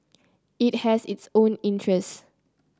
it has its own interests